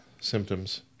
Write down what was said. symptoms